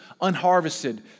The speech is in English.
unharvested